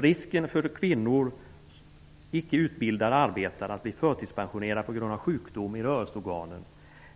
Risken för en kvinnlig icke utbildad arbetare att bli förtidspensionerad på grund av sjukdom i rörelseorganen